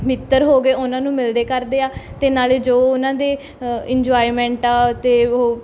ਮਿੱਤਰ ਹੋ ਗਏ ਉਹਨਾਂ ਨੂੰ ਮਿਲਦੇ ਕਰਦੇ ਆ ਅਤੇ ਨਾਲੇ ਜੋ ਉਹਨਾਂ ਦੇ ਇੰਨਜੋਏਮੈਂਟ ਆ ਅਤੇ ਉਹ